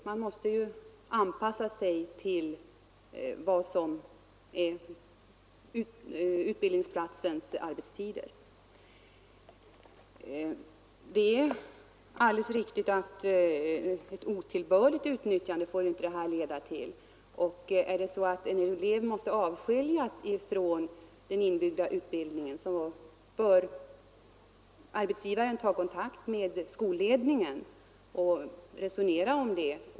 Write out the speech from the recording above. Man måste anpassa sig till utbildningsplatsens arbetstider. Det är alldeles riktigt att detta inte får leda till otillbörligt utnyttjande. Om en elev måste skiljas från den inbyggda utbildningen bör arbetsgivaren ta kontakt med skolledningen och resonera om det.